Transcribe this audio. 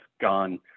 gone